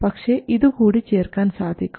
പക്ഷേ ഇതു കൂടി ചേർക്കാൻ സാധിക്കും